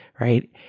right